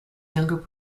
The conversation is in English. younger